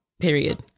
period